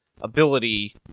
ability